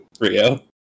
Rio